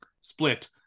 Split